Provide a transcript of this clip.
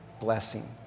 Blessing